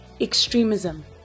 extremism